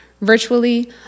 virtually